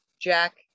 jack